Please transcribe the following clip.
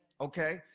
Okay